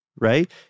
right